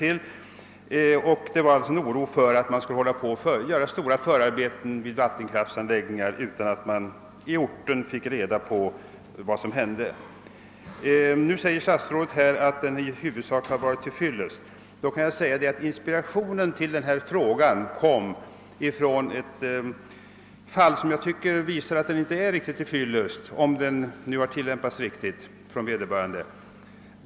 Anledningen var oro för att det skulle göras stora förberedelser för vattenkraftsanläggningar utan att man i orten fick reda på vad som hände. Stats rådet säger att kungörelsen i huvudsak varit till fyllest. Inspirationen till min fråga var ett fall som jag tycker visar att den inte varit riktigt till fyllest, om den nu har tillämpats riktigt av vederbörande företag.